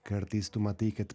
kartais tu matai kad